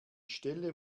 stelle